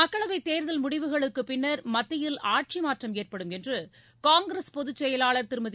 மக்களவைத் தேர்தல் முடிவுகளுக்கு பின்னர் மத்தியில் ஆட்சி மாற்றம் ஏற்படும் என்று காங்கிரஸ் பொதுச் செயலாளர் திருமதி